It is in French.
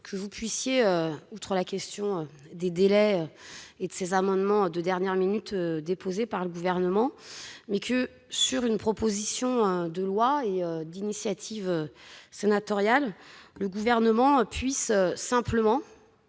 secrétaire d'État, outre la question des délais et de cet amendement de dernière minute déposé par le Gouvernement, que, sur une proposition de loi d'initiative sénatoriale, le Gouvernement propose un amendement